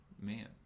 man